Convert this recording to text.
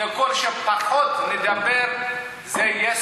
ככל שפחות נדבר, יש סיכוי.